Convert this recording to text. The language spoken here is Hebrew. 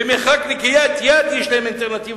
במרחק של יד יש להם אלטרנטיבה,